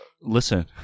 Listen